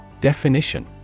Definition